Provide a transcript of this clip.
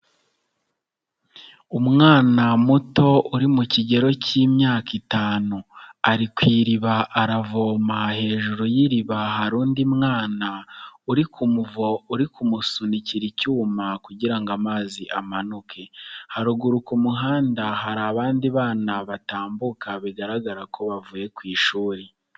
Umwana muto uri mu kigero cy'imyaka itanu, ari ku iriba aravoma hejuru y'iriba hari undi mwana uri kumusunikira icyuma kugira ngo amazi amanuke, haruguru ku muhanda hari abandi bana batambuka bigaragara ko bavuye ku ishuri.